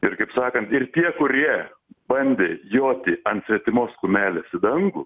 ir kaip sakant ir tie kurie bandė joti ant svetimos kumelės į dangų